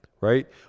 right